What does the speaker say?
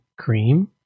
cream